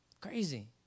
Crazy